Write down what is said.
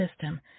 system